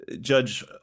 Judge